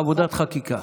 עבודת חקיקה.